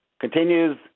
continues